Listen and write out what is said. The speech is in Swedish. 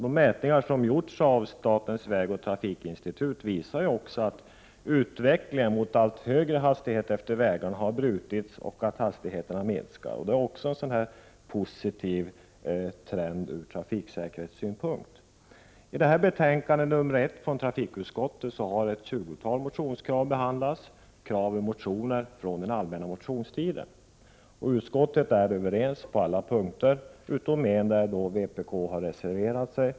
De mätningar som gjorts av statens vägoch trafikinstitut visar också att utvecklingen mot allt högre hastigheter på vägarna har brutits. Hastigheten minskar, och det är positivt från trafiksäkerhetssynpunkt. I betänkande nr 1 från trafikutskottet har ett tjugotal motionskrav behandlats, krav i motioner från den allmänna motionstiden. Utskottet är enigt på alla punkter utom en, där vpk har reserverat sig.